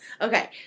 Okay